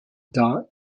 dark